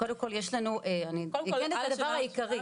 קודם כל יש לנו, אני אסיר את הדבר העיקרי.